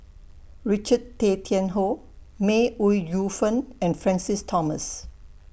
Richard Tay Tian Hoe May Ooi Yu Fen and Francis Thomas